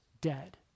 dead